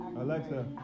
Alexa